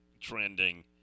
trending